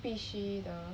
必须的